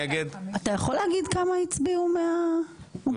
אתה יכול להגיד כמה הצביעו מהאופוזיציה?